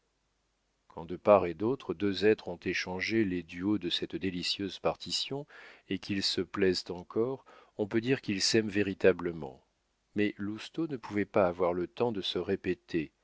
quand de part et d'autre deux êtres ont échangé les duos de cette délicieuse partition et qu'ils se plaisent encore on peut dire qu'ils s'aiment véritablement mais lousteau ne pouvait pas avoir le temps de se répéter